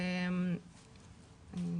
ואם